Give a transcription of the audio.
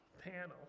panel